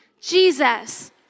Jesus